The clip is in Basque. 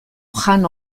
jan